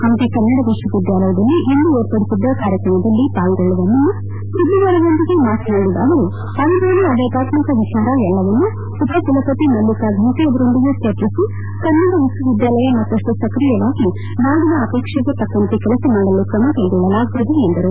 ಹಂಪಿ ಕನ್ನಡ ವಿಶ್ವವಿದ್ಯಾಲಯದಲ್ಲಿ ಇಂದು ಏರ್ಪಡಿಸಿದ್ದ ಕಾರ್ಯಕ್ರಮದಲ್ಲಿ ಪಾಲ್ಗೊಳ್ಳುವ ಮುನ್ನ ಸುದ್ದಿಗಾರರೊಂದಿಗೆ ಮಾತನಾಡಿದ ಅವರು ಅನುದಾನ ಆಡಳಿತಾತ್ಕಕ ವಿಚಾರ ಎಲ್ಲವನ್ನು ಉಪಕುಲಪತಿ ಮಲ್ಲಿಕಾ ಫಂಟ ಅವರೊಂದಿಗೆ ಚರ್ಚಿಸಿ ಕನ್ನಡ ವಿಶ್ವವಿದ್ಯಾಲಯ ಮತ್ತಷ್ಟು ಸಕ್ರಿಯವಾಗಿ ನಾಡಿನ ಅಪೇಕ್ಷೆಗೆ ತಕ್ಕಂತೆ ಕೆಲಸ ಮಾಡಲು ಕ್ರಮಕೈಗೊಳ್ಳಲಾಗುವುದು ಎಂದರು